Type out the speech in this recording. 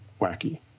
wacky